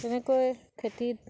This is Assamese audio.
তেনেকৈ খেতিত